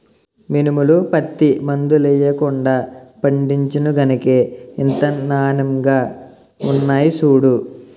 మినుములు, పత్తి మందులెయ్యకుండా పండించేను గనకే ఇంత నానెంగా ఉన్నాయ్ సూడూ